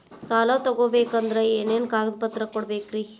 ಸಾಲ ತೊಗೋಬೇಕಂದ್ರ ಏನೇನ್ ಕಾಗದಪತ್ರ ಕೊಡಬೇಕ್ರಿ?